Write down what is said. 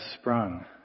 sprung